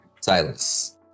silence